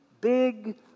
big